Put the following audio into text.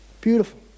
Beautiful